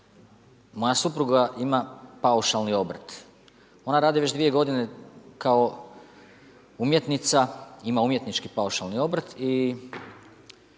moja supruga ima paušalni obrt, ona radi već dvije godine kao umjetnica, ima umjetnički paušalni obrt i